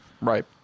right